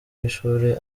y’ishuri